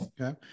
Okay